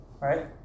right